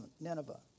Nineveh